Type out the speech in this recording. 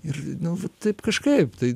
ir nu va taip kažkaip tai